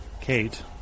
Kate